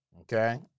Okay